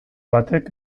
batek